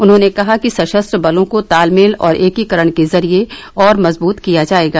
उन्होंने कहा कि सशस्त्र बलों को तालमेल ँऔर एकीकरण के जरिये और मजबूत किया जाएगा